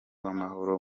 w’amahoro